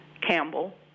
Campbell